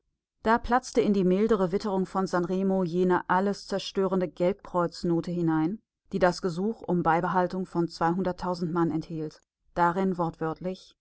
da platzte in die mildere witterung von san remo jene alles zerstörende gelbkreuz-note hinein die das gesuch um beibehaltung von mann enthielt darin wortwörtlich